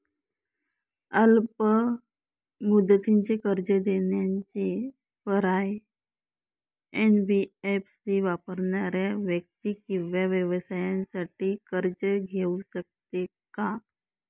अल्प मुदतीचे कर्ज देण्याचे पर्याय, एन.बी.एफ.सी वापरणाऱ्या व्यक्ती किंवा व्यवसायांसाठी कर्ज घेऊ शकते का?